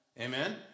amen